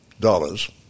dollars